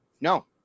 No